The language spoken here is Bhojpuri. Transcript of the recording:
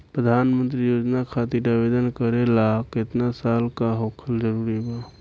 प्रधानमंत्री योजना खातिर आवेदन करे ला केतना साल क होखल जरूरी बा?